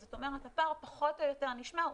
זאת אומרת הפער פחות או יותר נשמר.